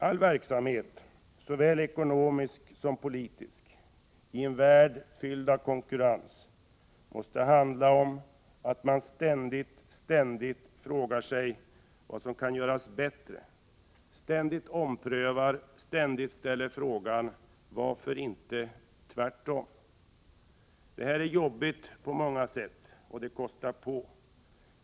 All verksamhet, såväl ekonomisk som politisk, i en värld fylld av konkurrens, måste handla om att man ständigt frågar sig vad som kan göras bättre. Man måste ständigt ompröva, ständigt ställa frågan: Varför inte tvärtom? Detta är jobbigt på många sätt och det kostar på.